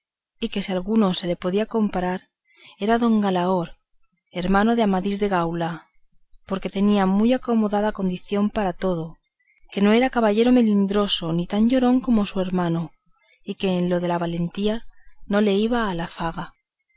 y que si alguno se le podía comparar era don galaor hermano de amadís de gaula porque tenía muy acomodada condición para todo que no era caballero melindroso ni tan llorón como su hermano y que en lo de la valentía no le iba en zaga